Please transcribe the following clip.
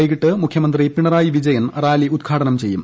വൈകിട്ട് മുഖ്യമന്ത്രി പിണറായി വിജയൻ റാലി ഉദ്ഘാടനം ചെയ്യും